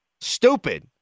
Stupid